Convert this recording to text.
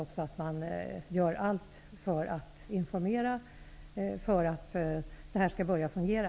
Jag vet att man gör allt för att informera, för att detta skall börja fungera.